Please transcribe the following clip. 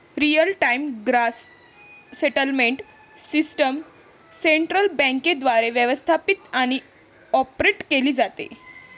real time gross settlement system central बँकेद्वारे व्यवस्थापित आणि ऑपरेट केली जाते